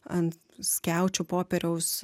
ant skiaučių popieriaus